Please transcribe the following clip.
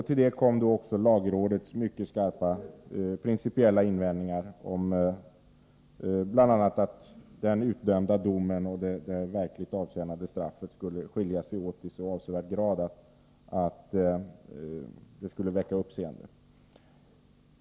Till detta kom lagrådets mycket skarpa principiella invändningar bl.a. mot att den avkunnade domen och det i verkligheten avtjänade straffet skulle komma att skilja sig åt i så avsevärd grad, att det skulle väcka uppseende.